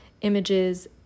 images